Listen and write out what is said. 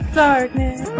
darkness